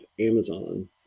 Amazon